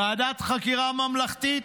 ועדת חקירה ממלכתית.